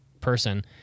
person